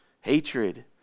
hatred